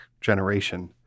generation